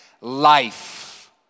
life